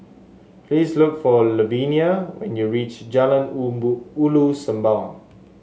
please look for Lavenia when you reach Jalan Ulu Sembawang